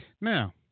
Now